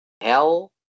hell